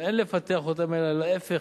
ואין לפתח אותם אלא להיפך,